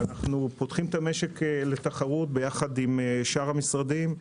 ואנחנו פותחים את המשק לתחרות ביחד עם שאר המשרדים.